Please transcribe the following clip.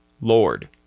Lord